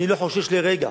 אני לא חושש לרגע,